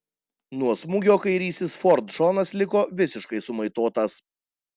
nuo smūgio kairysis ford šonas liko visiškai sumaitotas